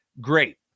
great